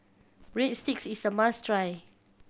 breadsticks is a must try